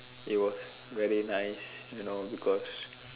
it was very nice you know because